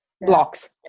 blocks